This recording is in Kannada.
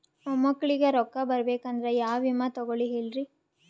ಮೊಮ್ಮಕ್ಕಳಿಗ ರೊಕ್ಕ ಬರಬೇಕಂದ್ರ ಯಾ ವಿಮಾ ತೊಗೊಳಿ ಹೇಳ್ರಿ?